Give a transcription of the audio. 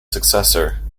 successor